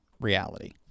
reality